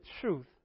truth